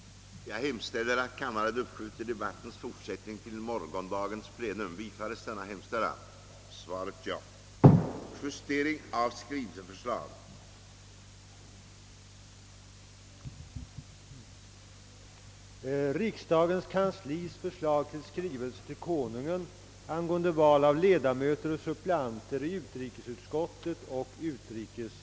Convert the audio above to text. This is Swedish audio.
För deltagande i ordinarie session i Strasbourg med Europarådets rådgivande församling får jag härmed anhålla om ledighet från riksdagsgöromålen under tiden den 23—27 januari 1967. för att nedbringa olycksfallsfrekvensen på vägarna,